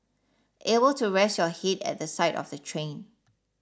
able to rest your head at the side of the train